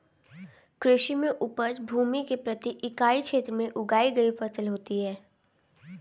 कृषि में उपज भूमि के प्रति इकाई क्षेत्र में उगाई गई फसल होती है